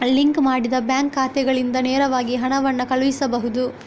link ಮಾಡಿದ bank ಖಾತೆಗಳಿಂದ ನೇರವಾಗಿ ಹಣವನ್ನು ಕಳುಹಿಸಬಹುದು